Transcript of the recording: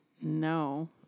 No